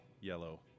yellow